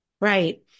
right